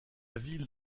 ville